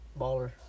Baller